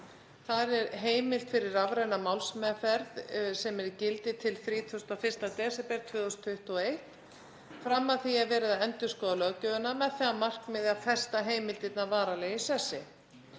er heimild fyrir rafræna málsmeðferð sem er í gildi til 31. desember 2025. Fram að því er verið að endurskoða löggjöfina með það að markmiði að festa heimildirnar varanlega í sessi.